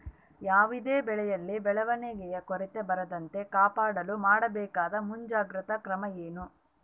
ಯಾವುದೇ ಬೆಳೆಯಲ್ಲಿ ಬೆಳವಣಿಗೆಯ ಕೊರತೆ ಬರದಂತೆ ಕಾಪಾಡಲು ಮಾಡಬೇಕಾದ ಮುಂಜಾಗ್ರತಾ ಕ್ರಮ ಏನು?